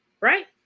right